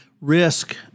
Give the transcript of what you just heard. risk